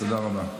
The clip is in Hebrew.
תודה רבה.